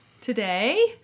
today